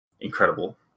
incredible